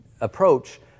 approach